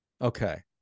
Okay